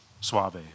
suave